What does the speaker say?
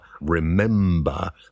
remember